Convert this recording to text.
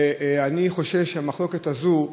ואני חושש שהמחלוקת הזאת,